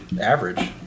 average